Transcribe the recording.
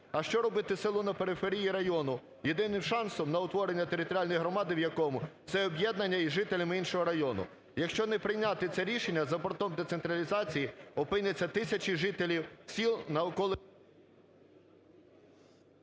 А що робити селу на периферії району, єдиним шансом на утворення територіальної громади в якому – це об'єднання із жителями іншого району? Якщо не прийняти це рішення, за бортом децентралізації опиняться тисячі жителів сіл… 16:23:53